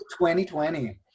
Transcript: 2020